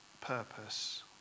purpose